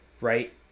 right